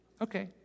Okay